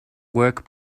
work